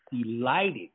delighted